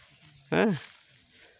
ᱦᱮᱸ